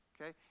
Okay